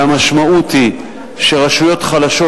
והמשמעות היא שרשויות חלשות,